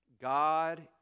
God